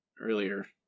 earlier